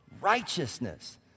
righteousness